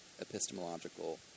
epistemological